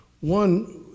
One